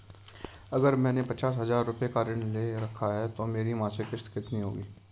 अगर मैंने पचास हज़ार रूपये का ऋण ले रखा है तो मेरी मासिक किश्त कितनी होगी?